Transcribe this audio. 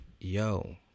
yo